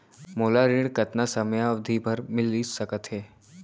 मोला ऋण कतना समयावधि भर मिलिस सकत हे?